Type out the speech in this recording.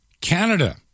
Canada